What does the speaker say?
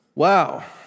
Wow